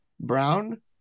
Brown